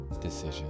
decision